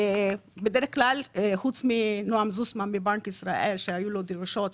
בדרך כלל חוץ מנועם זוסמן מבנק ישראל שהיו לו דרישות,